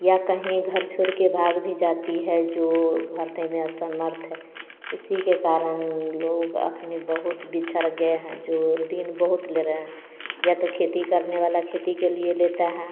या कहीं घर छोड़ के भाग भी जाती है जो भरने में असमर्थ है इसी के कारण लोग अपनी बहुत बिछड़ गए हैं जो रूटीन बहुत ले रहें या तो खेती करने वाला खेती के लिए लेता हैं